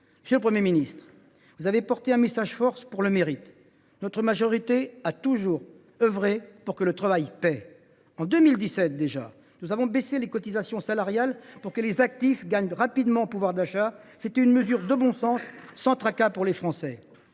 Monsieur le Premier ministre, vous avez porté un message fort en faveur du mérite. Notre majorité a toujours œuvré pour que le travail paie. Dès 2017, nous avons baissé les cotisations salariales pour que les actifs gagnent rapidement en pouvoir d’achat. C’était une mesure de bon sens, sans tracas pour les Français.